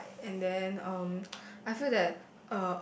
like and then um I feel that